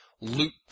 loot